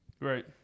Right